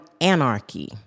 anarchy